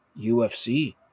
UFC